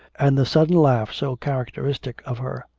and the sudden laugh so characteristic of her.